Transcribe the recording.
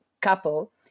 couple